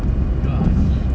ah